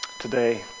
today